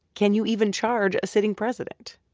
can you even charge a sitting president?